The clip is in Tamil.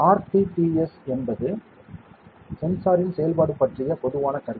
ஆர்டிடிஎஸ் என்பது சென்சாரின் செயல்பாடு பற்றிய பொதுவான கருத்து